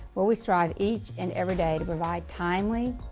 where we strive each and every day to provide timely,